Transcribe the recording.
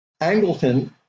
Angleton